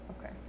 Okay